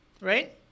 right